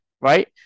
right